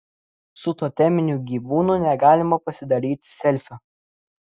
su toteminiu gyvūnu negalima pasidaryti selfio